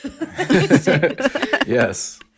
Yes